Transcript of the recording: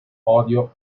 odio